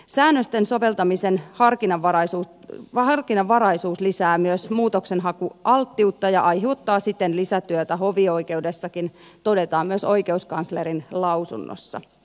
säännösten soveltamisen harkinnanvaraisuus lisää myös muutoksenhakualttiutta ja aiheuttaa siten lisätyötä hovioikeudessakin todetaan myös oikeuskanslerin lausunnossa